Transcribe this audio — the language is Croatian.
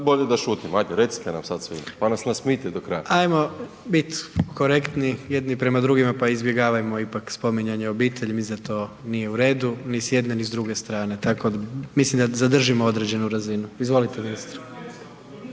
bolje da šutim, ajde recite nam sad svima, pa nas nasmijte do kraja. **Jandroković, Gordan (HDZ)** Ajmo bit korektni jedni prema drugima, pa izbjegavajmo ipak spominjanje obitelji, mislim da to nije u redu ni s jedne ni s druge strane, tako, mislim da, zadržimo određenu razinu, izvolite ministre.